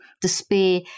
despair